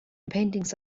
paintings